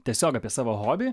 tiesiog apie savo hobį